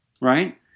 right